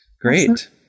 Great